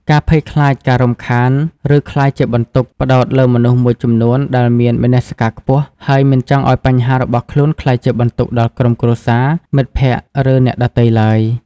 ការភ័យខ្លាចការរំខាន ឬក្លាយជាបន្ទុក ផ្តោតលើមនុស្សមួយចំនួនដែលមានមនសិការខ្ពស់ ហើយមិនចង់ឱ្យបញ្ហារបស់ខ្លួនក្លាយជាបន្ទុកដល់ក្រុមគ្រួសារ មិត្តភក្តិ ឬអ្នកដទៃឡើយ។